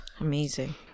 amazing